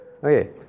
Okay